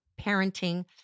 parenting